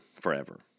forever